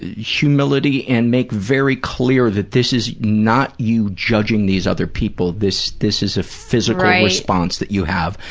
humility and make very clear that this is not you judging these other people, this this is a physical response that you have